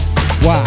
Wow